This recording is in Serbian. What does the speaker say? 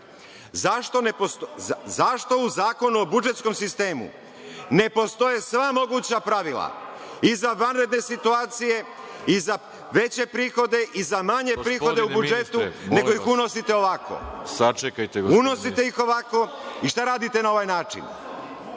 Zašto u Zakonu o budžetskom sistemu ne postoje sva moguća pravila i za vanredne situacije i za veće prihode i za manje prihode u budžetu, nego ih unosite ovako?(Dušan Vujović, s mesta: Pazite šta govorite!)